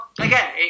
again